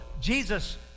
Jesus